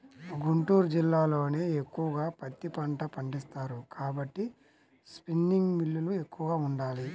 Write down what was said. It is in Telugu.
గుంటూరు జిల్లాలోనే ఎక్కువగా పత్తి పంట పండిస్తారు కాబట్టి స్పిన్నింగ్ మిల్లులు ఎక్కువగా ఉండాలి